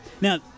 Now